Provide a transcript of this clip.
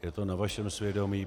Je to na vašem svědomí.